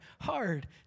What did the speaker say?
hard